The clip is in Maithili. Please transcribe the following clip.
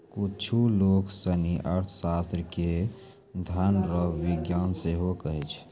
कुच्छु लोग सनी अर्थशास्त्र के धन रो विज्ञान सेहो कहै छै